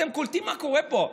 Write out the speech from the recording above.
אתם קולטים מה קורה פה?